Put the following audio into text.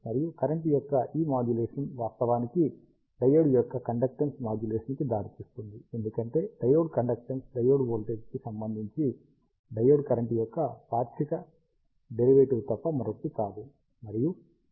మరియు కరెంట్ యొక్క ఈ మాడ్యులేషన్ వాస్తవానికి డయోడ్ యొక్క కండక్టేన్స్ మాడ్యులేషన్ కి దారితీస్తుంది ఎందుకంటే డయోడ్ కండక్టేన్స్ డయోడ్ వోల్టేజ్ కి సంబంధించి డయోడ్ కరెంట్ యొక్క పాక్షిక డెరివేటివ్ తప్ప మరొకటి కాదు